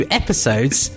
episodes